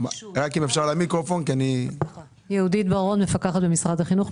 אני מפקחת במשרד החינוך,